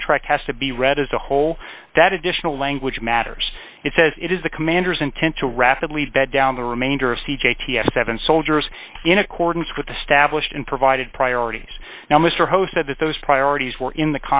contract has to be read as a whole that additional language matters it says it is the commander's intent to rapidly vet down the remainder of c j t f seven soldiers in accordance with the stablished and provided priorities now mr host said that those priorities were in the